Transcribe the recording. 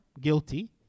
guilty